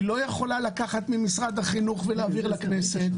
היא לא יכולה לקחת ממשרד החינוך ולהעביר לכנסת,